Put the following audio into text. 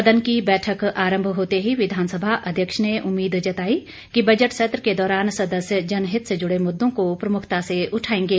सदन की बैठक आरंभ होते ही विधानसभा अध्यक्ष ने उम्मीद जताई कि बजट सत्र के दौरान सदस्य जनहित से जुड़े मुददों को प्रमुखता से उठाएंगे